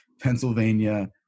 Pennsylvania